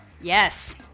Yes